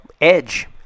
edge